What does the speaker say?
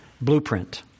blueprint